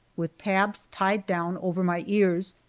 with tabs tied down over my ears,